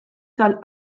tal